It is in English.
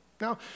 Now